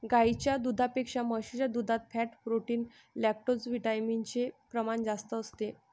गाईच्या दुधापेक्षा म्हशीच्या दुधात फॅट, प्रोटीन, लैक्टोजविटामिन चे प्रमाण जास्त असते